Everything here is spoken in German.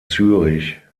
zürich